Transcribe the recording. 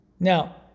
Now